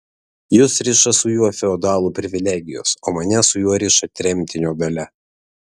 jus riša su juo feodalų privilegijos o mane su juo riša tremtinio dalia